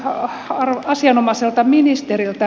kysyisin asianomaiselta ministeriltä